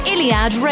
Iliad